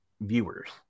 viewers